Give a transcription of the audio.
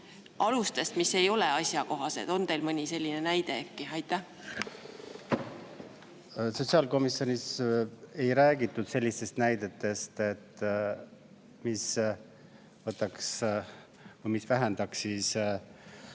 mis ei ole asjakohased. On teil mõni selline näide tuua? Sotsiaalkomisjonis ei räägitud sellistest näidetest, mis vähendaksid